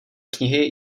knihy